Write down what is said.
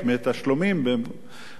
ידעו לעשות את זה.